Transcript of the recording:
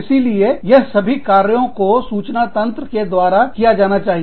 इसीलिए यह सभी कार्यों को सूचना तंत्र के द्वारा किया जाना चाहिए